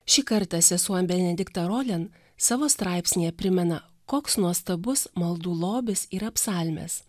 šį kartą sesuo benedikta rolin savo straipsnyje primena koks nuostabus maldų lobis yra psalmės